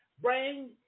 Bring